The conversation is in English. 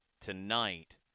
tonight